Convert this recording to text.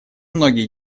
многие